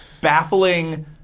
baffling